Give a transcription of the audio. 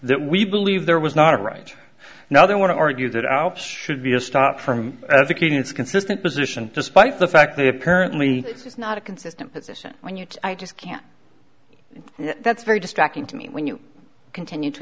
that we believe there was not a right now they want to argue that out should be a stop from advocating it's consistent position despite the fact that apparently is not a consistent when you i just can't that's very distracting to me when you continue to